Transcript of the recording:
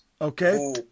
Okay